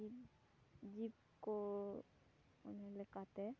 ᱡᱤᱵᱽ ᱠᱚ ᱢᱟᱱᱮ ᱞᱮᱠᱟᱛᱮ